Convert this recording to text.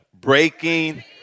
Breaking